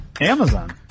Amazon